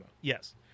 Yes